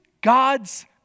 God's